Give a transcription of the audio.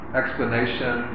explanation